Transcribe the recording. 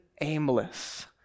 aimless